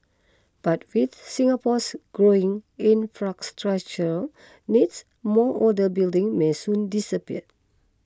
but with Singapore's growing infrastructural needs more older buildings may soon disappear